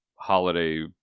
Holiday